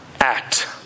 act